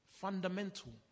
Fundamental